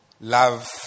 Love